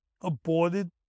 aborted